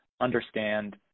understand